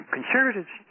Conservatives